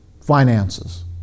finances